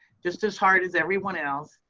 just as hard as everyone else,